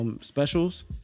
specials